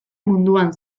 munduan